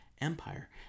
Empire